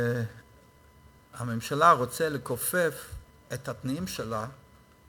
שהממשלה רוצה לכופף את התנאים שלה,